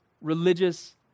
religious